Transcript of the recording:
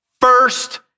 first